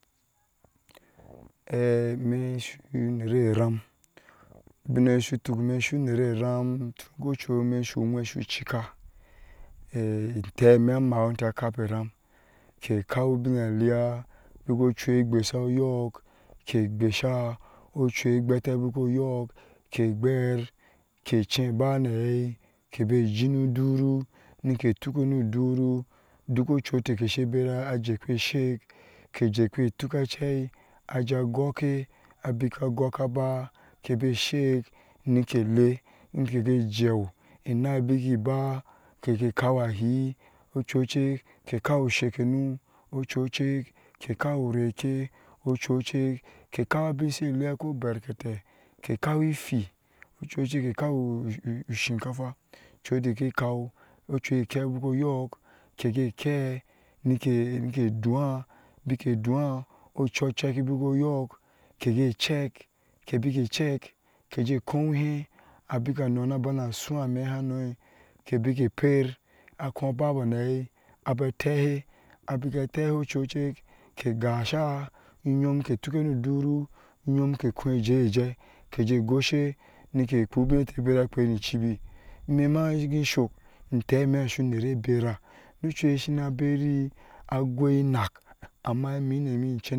imɛ̃ su nayir ram ubinye sutuk imɛ su nayir ram ifemi amaawete kape ram ke kau ubinlaya beko chu agwasa oyɔɔ ke gwar ke cheu igwate oyɔɔ ke gwar ke chen ba na ayeh ke be jini udoru mike toke nudoru dɔɔko chule shi bera ajekpe ke she jekpe tuka chaa ajeŋ jaa gɔɔke abika gɔɔka ba ke be shik nike le ni gai jawh inɛ beki gai ba ke gai kauna ahɛ ochu chikke kau cheke nu ochu chik ke kan obin shele ko barketeh ke aku wu hwen ochu chik ke kauwu shinkafa ochuteh she kau ochu keh beko yɔɔk ke gai kehnike dowan beke dowaŋ ochu cheke beko oyɔɔk ke gai chek ke beke chek ke jɛh komihɛ abeka anoi na bana suwan anuhɛnu ke beke per akoŋ babou nahɛ aba tehe abika tehe chuchik ke gasa uyɔɔm ke toke nodoru uyɔɔm ketoke nodoru uyɔɔm ke kojeh jaye jai ke jeh goshe ni ke kwah biŋeh te sai bera kpe ni chibi mema gai suk etemi su nere bera nochuye asana beri agwai nak amma minane.